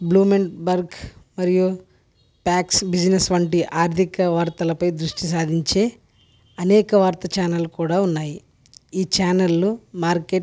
blue men bulk మరియు బ్యాచ్ business వంటి ఆర్ధిక వార్తలపై దృష్టి సాధించే అనేక వార్త ఛానల్ కూడా ఉన్నాయి ఈ ఛానల్లు మార్కెట్